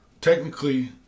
Technically